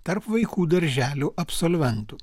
tarp vaikų darželių absolventų